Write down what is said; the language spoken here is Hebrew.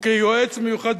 וכיועץ מיוחד,